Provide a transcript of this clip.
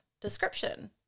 description